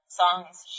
songs